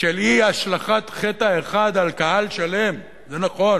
של אי-השלכת חטא האחד על קהל שלם, זה נכון